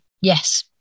Yes